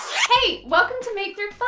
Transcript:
hey! welcome to make thrift buy,